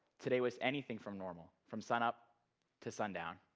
today was anything from normal, from sunup to sundown.